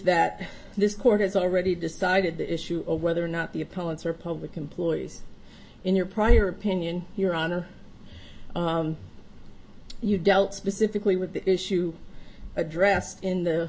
that this court has already decided the issue of whether or not the opponents are public employees in your prior opinion your honor you dealt specifically with the issue addressed in the